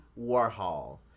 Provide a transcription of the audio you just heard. Warhol